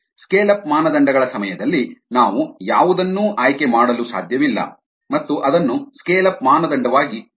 scale up ಮಾನದಂಡಗಳ ಸಮಯದಲ್ಲಿ ನಾವು ಯಾವುದನ್ನೂ ಆಯ್ಕೆ ಮಾಡಲು ಸಾಧ್ಯವಿಲ್ಲ ಮತ್ತು ಅದನ್ನು ಸ್ಕೇಲ್ ಅಪ್ ಮಾನದಂಡವಾಗಿ ಹೊಂದಬಹುದು